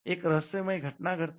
एक रहस्यमय घटना घडते